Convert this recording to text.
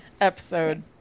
episode